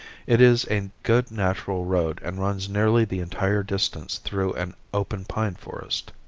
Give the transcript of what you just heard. it is a good natural road and runs nearly the entire distance through an open pine forest.